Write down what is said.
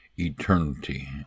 eternity